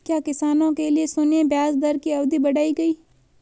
क्या किसानों के लिए शून्य ब्याज दर की अवधि बढ़ाई गई?